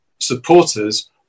supporters